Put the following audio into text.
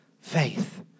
faith